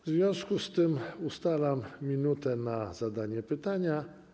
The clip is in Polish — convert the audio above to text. W związku z tym ustalam 1 minutę na zadanie pytania.